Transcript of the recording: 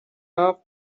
half